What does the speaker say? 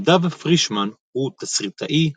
נדב פרישמן הוא תסריטאי,